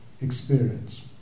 experience